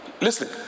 Listen